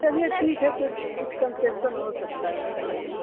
चलिए ठीक है कुछ कुछ कन्सेक्सन हो सकता है आपके लिए